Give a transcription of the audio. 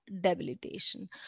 debilitation